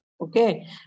Okay